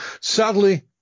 Sadly